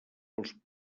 pels